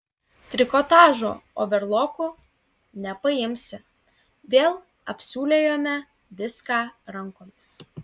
trikotažo overloku nepaimsi vėl apsiūlėjome viską rankomis